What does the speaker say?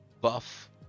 Buff